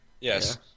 Yes